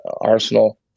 Arsenal